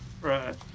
Right